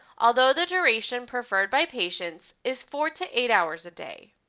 although the duration preferred by patients is four to eight hours a day.